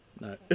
No